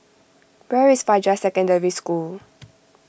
where is Fajar Secondary School